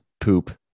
poop